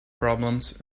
problems